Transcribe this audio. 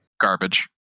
Garbage